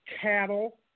Cattle